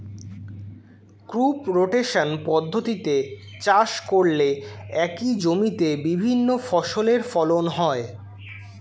crop rotation পদ্ধতিতে চাষ করলে একই জমিতে বিভিন্ন ফসলের ফলন হয়